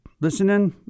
listening